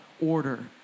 order